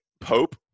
Pope